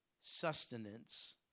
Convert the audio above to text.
sustenance